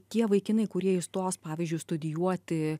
tie vaikinai kurie įstos pavyzdžiui studijuoti